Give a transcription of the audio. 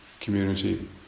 community